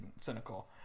cynical